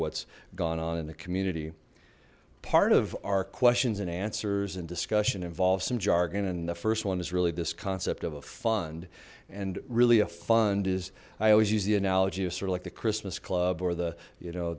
what's gone on in the community part of our questions and answers and discussion involves some jargon and the first one is really this concept of a fund and really a fund is i always use the analogy of sort of like the christmas club or the you know